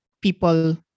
people